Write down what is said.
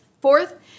Fourth